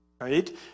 right